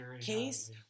case